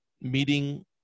meeting